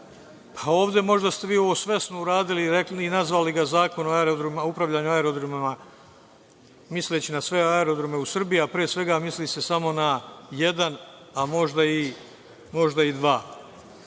a možda ste ovo svesno uradili i nazvali ga Zakonom o upravljanju aerodromima, misleći na sve aerodrome u Srbiji, a pre svega misli se samo na jedan, a možda i dva. Kada